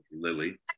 Lily